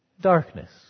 darkness